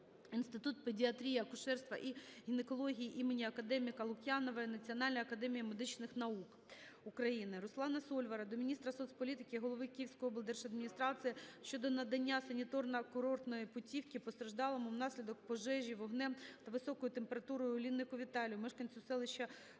"Інститут педіатрії, акушерства і гінекології імені академіка Олени Лук'янової Національної академії медичних наук України". Руслана Сольвара до міністра соцполітики, голови Київської облдержадміністрації щодо надання санітарно-курортної путівки постраждалому внаслідок пожежі вогнем та високою температурою Линнику Віталію Олександровичу, мешканцю селища Волиця